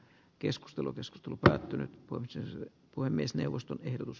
keskustelu keskitulo päättynyt puimiselle puhemiesneuvoston ehdotus